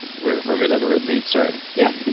we're we're made other red meats. sorry. yeah,